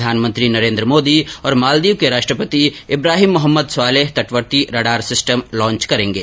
प्रधानमंत्री नरेन्द्र मोदी और मालदीव के राष्ट्रपति इब्राहिम मोहम्मद स्वालेह तटवर्ती रडार सिस्टम लॉच करेंगे